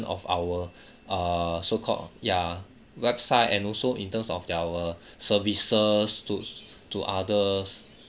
of our err so called ya website and also in terms of the our services to to others